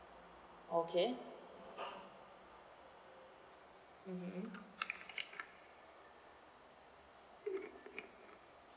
okay mmhmm